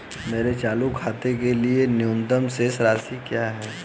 मेरे चालू खाते के लिए न्यूनतम शेष राशि क्या है?